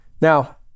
Now